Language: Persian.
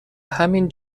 همین